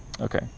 Okay